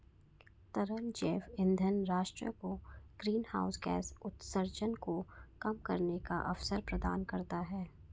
तरल जैव ईंधन राष्ट्र को ग्रीनहाउस गैस उत्सर्जन को कम करने का अवसर प्रदान करता है